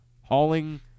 hauling